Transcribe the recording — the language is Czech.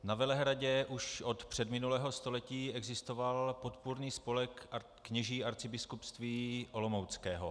Na Velehradě už od předminulého století existoval Podpůrný spolek kněží Arcibiskupství olomouckého.